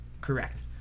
Correct